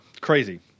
Crazy